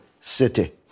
City